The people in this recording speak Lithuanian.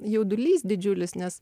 jaudulys didžiulis nes